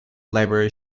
library